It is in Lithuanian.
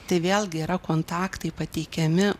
tai vėlgi yra kontaktai pateikiami